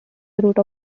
route